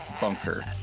bunker